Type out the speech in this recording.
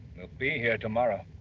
be here tomorrow.